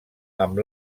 amb